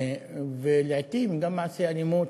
ולעתים גם למעשי אלימות